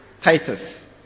Titus